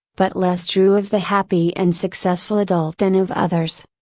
but less true of the happy and successful adult than of others.